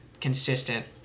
consistent